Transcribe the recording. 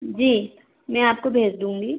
जी मैं आपको भेज दूँगी